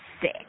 sick